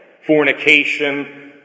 fornication